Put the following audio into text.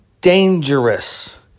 dangerous